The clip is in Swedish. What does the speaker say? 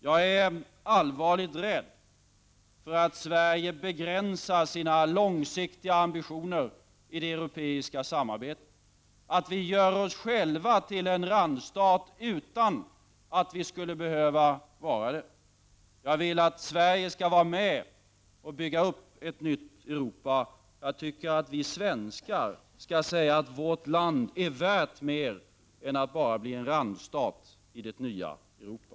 Jag är allvarligt rädd för att vi i Sverige begränsar våra långsiktiga ambitioner i det europeiska samarbetet och att vi gör oss själva till en randstat utan att vi skulle behöva det. Jag vill att Sverige skall vara med och bygga upp ett nytt Europa. Vi svenskar borde kunna säga att vårt land är värt mer än att bara bli en randstat i det nya Europa.